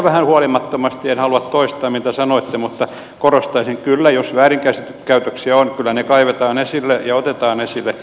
en halua toistaa mitä sanoitte mutta korostaisin kyllä että jos väärinkäytöksiä on kyllä ne kaivetaan esille ja otetaan esille